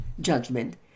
judgment